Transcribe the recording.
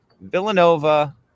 Villanova